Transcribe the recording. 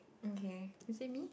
okay is it me